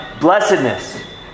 blessedness